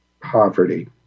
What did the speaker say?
poverty